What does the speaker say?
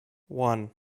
one